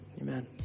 amen